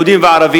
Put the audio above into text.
יהודים וערבים,